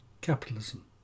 capitalism